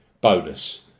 bonus